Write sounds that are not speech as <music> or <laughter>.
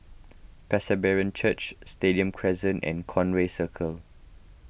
<unintelligible> Church Stadium Crescent and Conway Circle